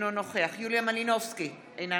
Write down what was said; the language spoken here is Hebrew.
אינו נוכח יוליה מלינובסקי קונין,